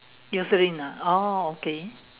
eucerin ah oh okay